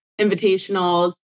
invitationals